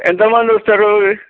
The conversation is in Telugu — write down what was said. ఎంతమందిస్తారు